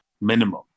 minimum